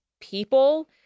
people